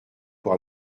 pour